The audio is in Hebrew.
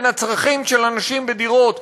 בין הצרכים של אנשים בדירות,